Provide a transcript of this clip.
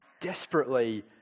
desperately